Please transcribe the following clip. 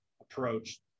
approach